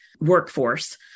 workforce